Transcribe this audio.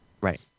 Right